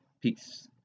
Peace